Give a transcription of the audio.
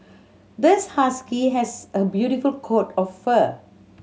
this husky has a beautiful coat of fur